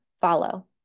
follow